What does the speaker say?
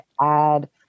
add